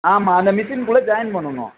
ஆமாம் அந்த மிஷின் குள்ள ஜாயின் பண்ணணும்